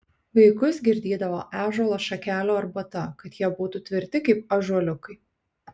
vaikus girdydavo ąžuolo šakelių arbata kad jie būtų tvirti kaip ąžuoliukai